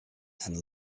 and